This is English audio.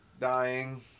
Dying